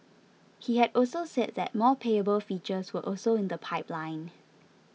he had also said that more payable features were also in the pipeline